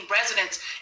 residents